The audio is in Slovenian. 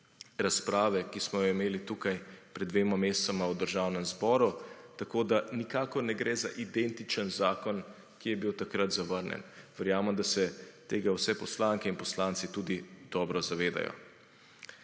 razprave, ki smo jo imeli tukaj pred dvema mesecema v Državnem zboru tako, da nikakor ne gre za identičen zakon, ki je bil takrat zavrnjen. Verjamem, da se tega vse poslanke in poslanci tudi dobro zavedajo.